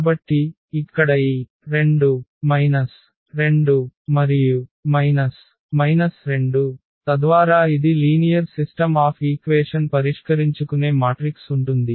కాబట్టి ఇక్కడ ఈ 2 2 మరియు 2 తద్వారా ఇది లీనియర్ సిస్టమ్ ఆఫ్ ఈక్వేషన్ పరిష్కరించుకునే మాట్రిక్స్ ఉంటుంది